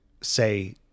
say